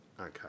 Okay